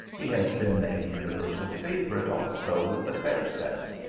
he has been a universal favourite also with the fair sex,